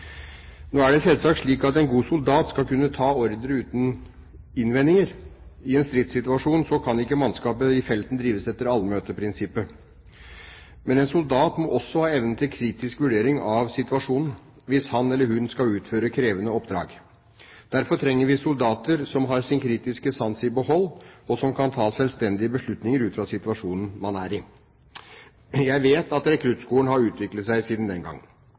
Nå er det selvsagt slik at en god soldat skal kunne ta ordre uten innvendinger. I en stridssituasjon kan ikke mannskapet i felten drives etter allmøteprinsippet, men en soldat må også ha evnen til kritisk vurdering av situasjonen, hvis han eller hun skal utføre krevende oppdrag. Derfor trenger vi soldater som har sin kritiske sans i behold og som kan ta selvstendige beslutninger ut fra situasjonen man er i. Jeg vet at rekruttskolen har utviklet seg siden den gang,